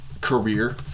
career